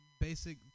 basic